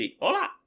Hola